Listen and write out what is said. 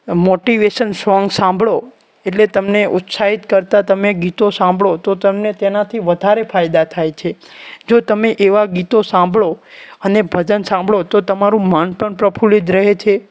motivation song સાંભળો એટલે તમને ઉત્સાહિત કરતા તમે ગીતો સાંભળો તો તમને તેનાથી વધારે ફાયદા થાય છે જો તમે એવા ગીતો સાંભળો અને ભજન સાંભળો તો તમારું મન પણ પ્રફુલ્લિત રહે છે